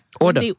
order